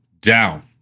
down